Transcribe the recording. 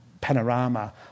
panorama